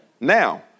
Now